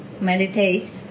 meditate